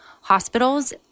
hospitals